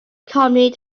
calmly